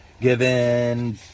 Given